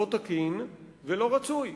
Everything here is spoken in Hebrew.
לא תקין ולא רצוי.